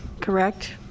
correct